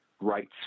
rights